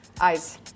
Eyes